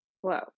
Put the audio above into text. whoa